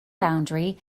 boundary